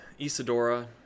Isadora